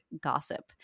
gossip